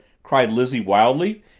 cried lizzie wildly.